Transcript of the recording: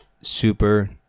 Super